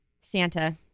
Santa